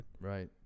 Right